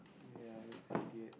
ya that's the idiot